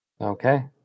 Okay